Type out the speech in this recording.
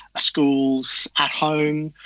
schools, at home,